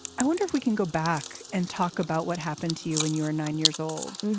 i wonder if we can go back and talk about what happened to you when you were nine years old.